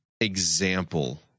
example